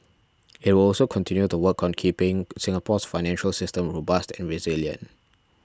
it will also continue to work on keeping Singapore's financial system robust and resilient